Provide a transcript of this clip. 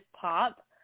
pop